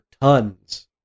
tons